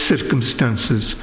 circumstances